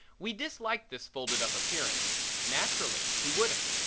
we dislike this folded-up appearance naturally who wouldn't?